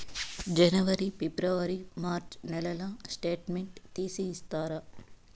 జనవరి, February, March నెలల statement తీసి ఇస్తారా?